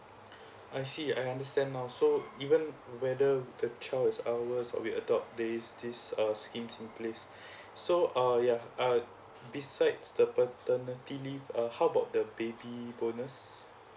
I see I understand now so even whether the child is ours or we adopt there is this scheme in place so uh yeuh uh besides the paternity leave uh how about the baby bonus